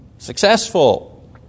Successful